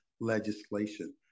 legislation